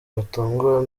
batunguwe